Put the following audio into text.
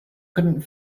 couldn’t